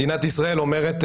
מדינת ישראל אומרת,